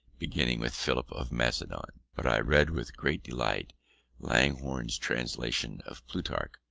beginning with philip of macedon. but i read with great delight langhorne's translation of plutarch.